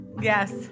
Yes